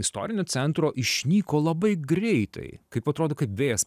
istorinio centro išnyko labai greitai kaip atrodo kaip vėjas